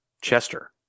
Chester